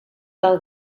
del